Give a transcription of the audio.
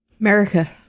America